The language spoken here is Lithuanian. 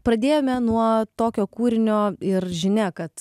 pradėjome nuo tokio kūrinio ir žinia kad